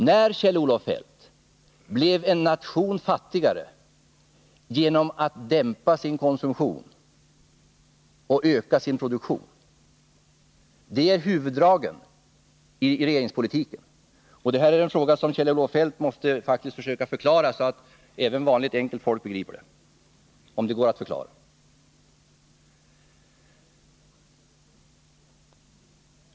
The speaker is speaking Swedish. När, Kjell-Olof Feldt, blev en nation fattigare genom att dämpa sin konsumtion och öka sin produktion? Det är ju huvuddragen i regeringspolitiken. Detta måste faktiskt Kjell-Olof Feldt försöka förklara så att även vanligt enkelt folk begriper det — om det nu går att förklara.